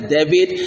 David